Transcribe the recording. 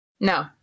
No